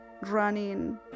running